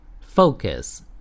Focus